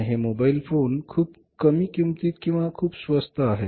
आणि हे mobile phone खूप कमी किमतीत किंवा खूप स्वस्त आहेत